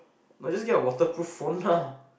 no just get a waterproof phone lah